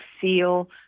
feel